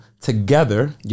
together